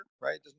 right